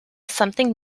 something